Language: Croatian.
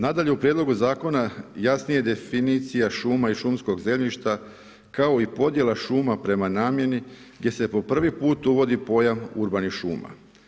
Nadalje u prijedlogu zakona jasnije definicija šuma i šumskog zemljišta, kao i podjela šuma prema namjeni gdje se po prvi put uvodi pojam urbanih šuma.